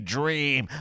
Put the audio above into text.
Dream